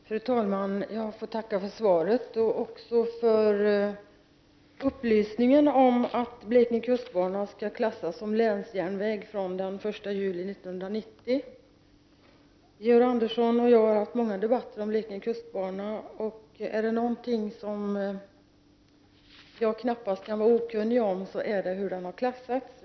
Fru talman! Jag får tacka för svaret och upplysningen att Blekinge kustbana skall klassas som länsjärnväg fr.o.m. den 1 juli 1990. Georg Andersson och jag har haft många debatter om Blekinge kustbana, och är det någonting som jag knappast kan vara okunnig om är det hur banan har klassats.